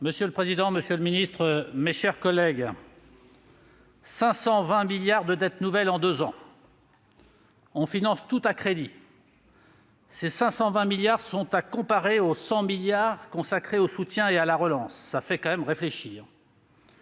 Monsieur le président, monsieur le ministre, mes chers collègues, 520 milliards d'euros de dettes nouvelles en deux ans ! On finance tout à crédit ! Ces 520 milliards sont à comparer aux 100 milliards d'euros consacrés au soutien et à la relance : cela fait quand même réfléchir